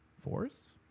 Force